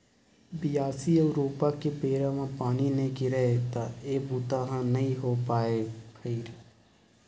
बियासी अउ रोपा के बेरा म पानी नइ गिरय त ए बूता ह नइ हो पावय भइर